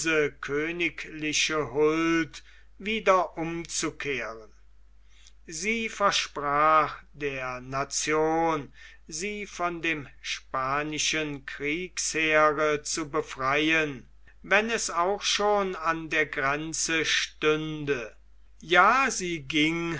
königliche huld wieder umzukehren sie versprach der nation sie von dem spanischen kriegsheere zu befreien wenn es auch schon an der grenze stände ja sie ging